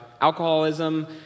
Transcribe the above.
Alcoholism